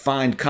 Find